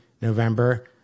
November